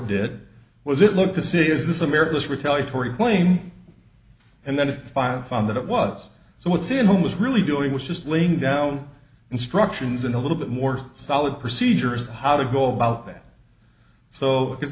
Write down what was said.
did was it look to see is this a marriage this retaliatory claim and then if i've found that it was so what's in him was really doing was just laying down instructions and a little bit more solid procedures on how to go about that so